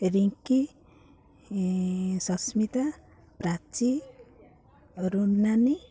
Rinki Sasmita Prachi Runani